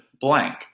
blank